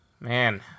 Man